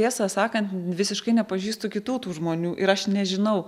tiesą sakant visiškai nepažįstu kitų tų žmonių ir aš nežinau